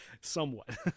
Somewhat